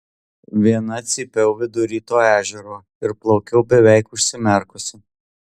viena cypiau vidury to ežero ir plaukiau beveik užsimerkusi